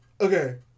Okay